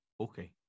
Okay